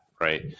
right